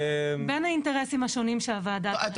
בין האינטרסים השונים שהוועדה צריכה לשקול.